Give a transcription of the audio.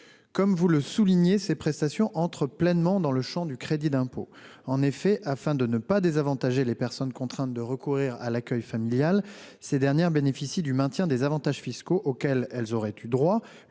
Comme vous le soulignez, ces prestations entrent pleinement dans le champ du crédit d'impôt. En effet, afin de ne pas désavantager les personnes contraintes de recourir à l'accueil familial, ces dernières bénéficient du maintien des avantages fiscaux auxquels elles auraient eu droit,